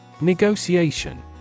negotiation